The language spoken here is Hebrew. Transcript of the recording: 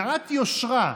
מעט יושרה,